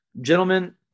gentlemen